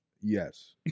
yes